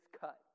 cut